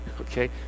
Okay